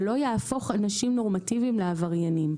ולא יהפוך אנשים נורמטיביים לעבריינים.